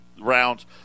rounds